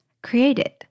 Created